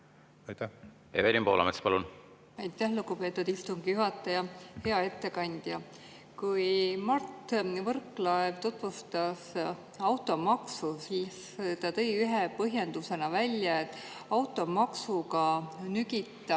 palun! Evelin Poolamets, palun! Aitäh, lugupeetud istungi juhataja! Hea ettekandja! Kui Mart Võrklaev tutvustas automaksu, siis ta tõi ühe põhjendusena välja, et automaksuga nügitakse